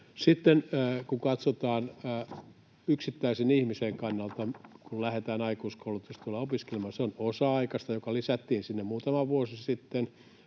Sitten kun katsotaan yksittäisen ihmisen kannalta, kun lähdetään aikuiskoulutustuella opiskelemaan, niin se on osa-aikaista, joka lisättiin sinne muutama vuosi sitten,